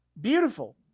Beautiful